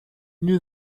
knew